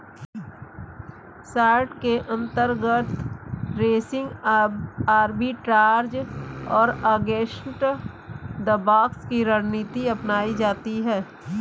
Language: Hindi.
शार्ट के अंतर्गत रेसिंग आर्बिट्राज और अगेंस्ट द बॉक्स की रणनीति अपनाई जाती है